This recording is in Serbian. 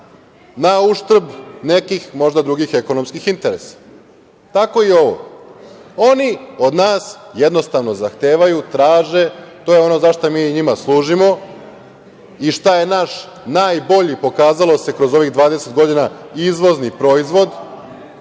na uštrb nekih možda drugih ekonomskih interesa. Tako i ovo. Oni od nas jednostavno zahtevaju, traže, to je ono za šta mi njima služimo i šta je naš najbolji, pokazalo se kroz ovih 20 godina, izvozni proizvod,